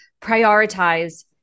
prioritize